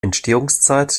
entstehungszeit